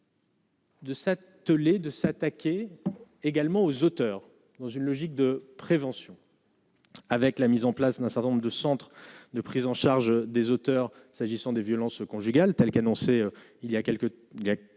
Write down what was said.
De s'atteler de s'attaquer également aux auteurs dans une logique de prévention. Avec la mise en place d'un certain nombre de centres de prise en charge des auteurs s'agissant des violences conjugales, telle qu'annoncée il y a quelques